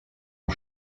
ont